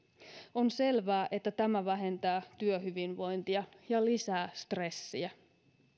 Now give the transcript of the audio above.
on selvää että tämä vähentää työhyvinvointia ja lisää stressiä